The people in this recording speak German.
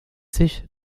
sich